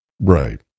Right